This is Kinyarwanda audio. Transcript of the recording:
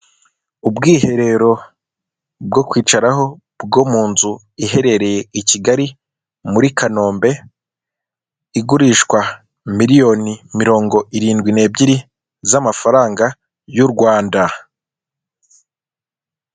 Ubwiherero bwo kwicaraho bwo munzu iherereye ikigali muri Kanombe, igurishwa miriyoni mirongo irindwi na ebyiri za amafaranga ya urwanda.